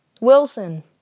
Wilson